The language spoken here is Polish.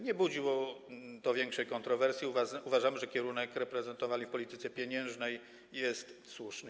Nie budziło to większej kontrowersji, uważamy, że kierunek reprezentowany w polityce pieniężnej jest słuszny.